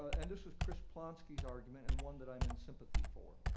and this is chris plonsky's argument and one that i am in sympathy for,